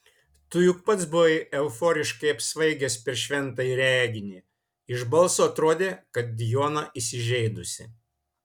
tu juk pats buvai euforiškai apsvaigęs per šventąjį reginį iš balso atrodė kad jona įsižeidusi